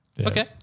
Okay